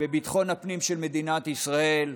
בביטחון הפנים של מדינת ישראל.